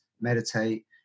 meditate